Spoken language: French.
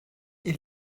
est